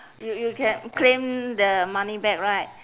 you you can claim the money back right